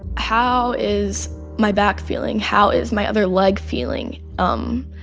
how is my back feeling? how is my other leg feeling? um